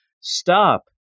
stop